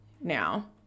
now